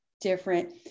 different